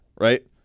right